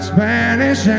Spanish